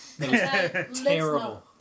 Terrible